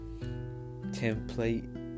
template